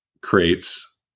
creates